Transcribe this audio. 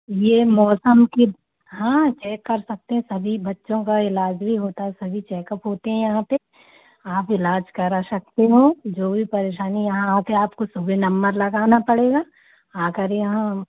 यह मौसम की हाँ चेक कर सकते हैं सभी बच्चों का इलाज़ भी होता है सभी चेकअप होते हैं यहाँ पर आप इलाज़ करा सकते हो जो भी परेशानी यहाँ आकर आपको सुबह नम्बर लगाना पड़ेगा आकर यहाँ